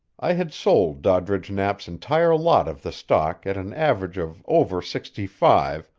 i had sold doddridge knapp's entire lot of the stock at an average of over sixty-five,